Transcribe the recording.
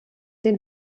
den